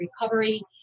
recovery